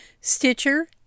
Stitcher